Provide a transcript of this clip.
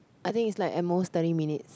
I think it's like at most thirty minutes